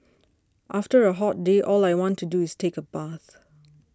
after a hot day all I want to do is take a bath